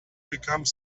become